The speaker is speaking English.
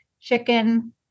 chicken